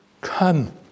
Come